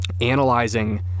analyzing